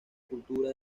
cultura